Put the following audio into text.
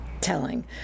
telling